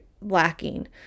lacking